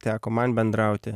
teko man bendrauti